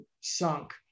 sunk